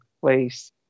place